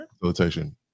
Facilitation